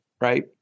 right